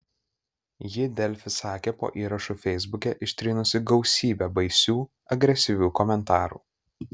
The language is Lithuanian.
ji delfi sakė po įrašu feisbuke ištrynusi gausybę baisių agresyvių komentarų